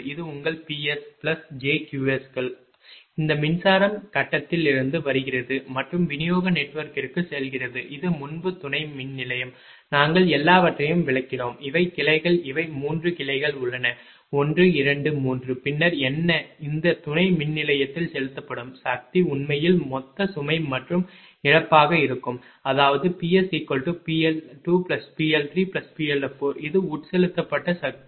இது உங்கள் Ps plus jQs கள் இந்த மின்சாரம் கட்டத்திலிருந்து வருகிறது மற்றும் விநியோக நெட்வொர்க்கிற்கு செல்கிறது இது முன்பு துணை மின்நிலையம் நாங்கள் எல்லாவற்றையும் விளக்கினோம் இவை கிளைகள் இவை 3 கிளைகள் உள்ளன 1 2 3 பின்னர் என்ன இந்த துணை மின்நிலையத்தில் செலுத்தப்படும் சக்தி உண்மையில் மொத்த சுமை மற்றும் இழப்பாக இருக்கும் அதாவது PsPL2PL3PL4 இது உட்செலுத்தப்பட்ட சக்தி